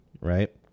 right